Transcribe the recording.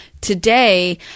today